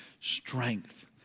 strength